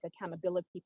accountability